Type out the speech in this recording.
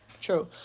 True